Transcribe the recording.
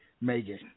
Megan